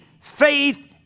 faith